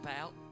out